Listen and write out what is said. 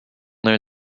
learn